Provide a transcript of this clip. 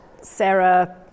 Sarah